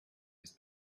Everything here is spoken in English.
his